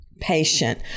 patient